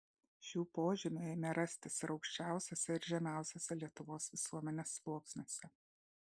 šių požymių ėmė rastis ir aukščiausiuose ir žemiausiuose lietuvos visuomenės sluoksniuose